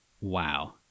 Wow